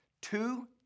Two